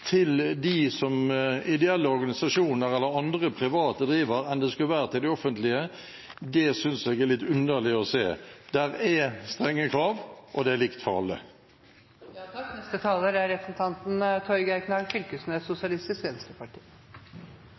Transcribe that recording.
til de ideelle organisasjonene, eller til andre private drivere, enn til de offentlige, synes jeg er litt underlig å forstå. Det er strenge krav, og det er likt for alle. Eg ønskjer berre å knyte nokre kommentarar til det som representanten